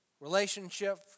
relationship